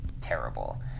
terrible